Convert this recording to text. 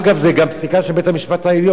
זה גם פסיקה של בית-המשפט העליון,